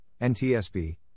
NTSB